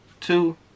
Two